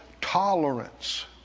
tolerance